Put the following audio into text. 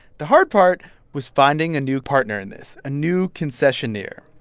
the hard part was finding a new partner in this, a new concessionaire.